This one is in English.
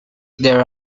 their